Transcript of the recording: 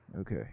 Okay